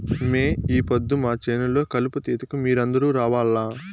మే ఈ పొద్దు మా చేను లో కలుపు తీతకు మీరందరూ రావాల్లా